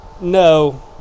no